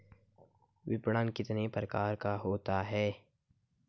विपणन कितने प्रकार का होता है?